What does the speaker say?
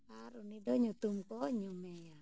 ᱩᱱᱤ ᱫᱚ ᱧᱩᱛᱩᱢ ᱠᱚ ᱧᱩᱢᱮᱭᱟ